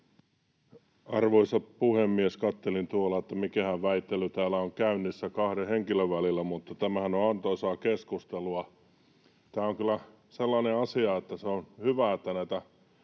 Arvoisa puhemies! Katselin tuolla, että mikähän väittely täällä on käynnissä kahden henkilön välillä, mutta tämähän on antoisaa keskustelua. Tämä on kyllä sellainen asia, että se on hyvä, että